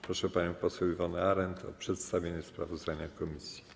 Proszę panią poseł Iwonę Arent o przedstawienie sprawozdania komisji.